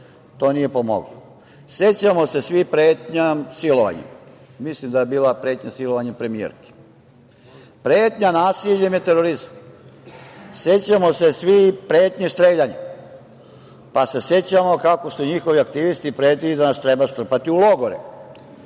To nije pomoglo. Sećamo se svi pretnji silovanjem, mislim da je bila pretnja silovanjem premijerki. Pretnja nasiljem je terorizam. Sećamo se svi pretnji streljanjem, pa se sećamo kako su njihovi aktivisti pretili da nas treba strpati u logore.